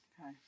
Okay